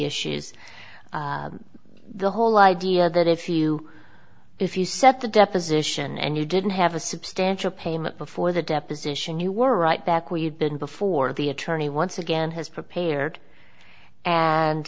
issues the whole idea that if you if you set the deposition and you didn't have a substantial payment before the deposition you were right back where you've been before the attorney once again has prepared and